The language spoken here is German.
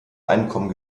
einkommen